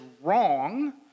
wrong